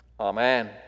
Amen